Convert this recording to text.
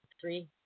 three